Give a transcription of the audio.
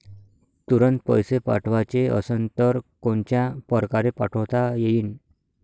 तुरंत पैसे पाठवाचे असन तर कोनच्या परकारे पाठोता येईन?